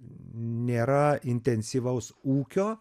nėra intensyvaus ūkio